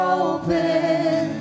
open